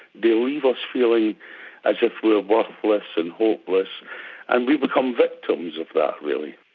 they leave us feeling as if we are worthless and hopeless and we become victims of that, really.